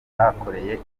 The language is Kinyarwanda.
atakoreye